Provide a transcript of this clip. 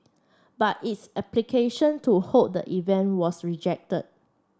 but its application to hold the event was reject